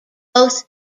both